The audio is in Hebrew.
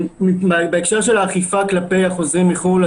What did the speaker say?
בהקשר של האכיפה כלפי החוזרים מחו"ל,